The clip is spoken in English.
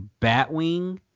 Batwing